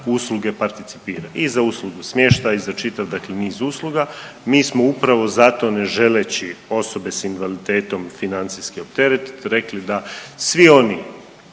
usluge participira. I za uslugu smještaja i za čitav, dakle niz usluga, mi smo upravo zato ne želeći osobe s invaliditetom financijski opteretiti rekli da svi oni